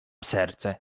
serce